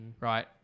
right